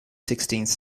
sixteenth